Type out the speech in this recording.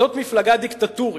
זאת מפלגה דיקטטורית,